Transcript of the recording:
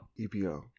EPO